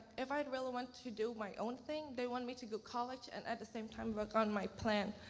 if i'd really want to do my own thing, they want me to go college, and at the same time, work on my plan.